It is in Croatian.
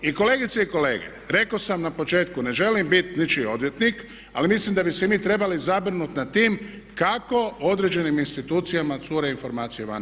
I kolegice i kolege, rekao sam na početku ne želim biti ničiji odvjetnik, ali mislim da bi se i mi trebali zabrinuti nad tim kako određenim institucijama cure informacije van.